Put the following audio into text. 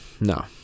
no